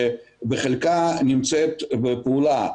שבחלקה נמצאת בפעולה.